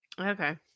Okay